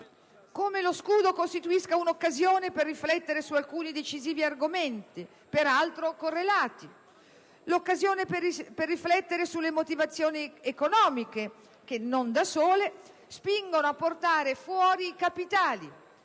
come lo scudo costituisca un'occasione per riflettere su alcuni decisivi argomenti, peraltro correlati; l'occasione per riflettere sulle motivazioni economiche che, non da sole, spingono a portare fuori i capitali;